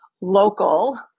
local